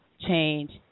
Change